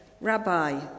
rabbi